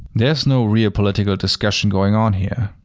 there is no real political discussion going on here.